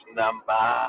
number